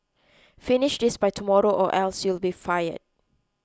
finish this by tomorrow or else you'll be fired